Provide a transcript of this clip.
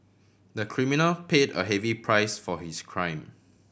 the criminal paid a heavy price for his crime